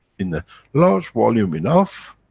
in a large volume enough,